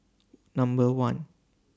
Number one